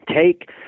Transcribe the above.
take